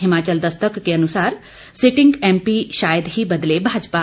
हिमाचल दस्तक के अनुसार sitting MP शायद ही बदले भाजपा